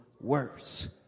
worse